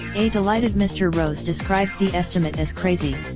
a delighted mr rose described the estimate as crazy.